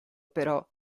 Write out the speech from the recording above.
però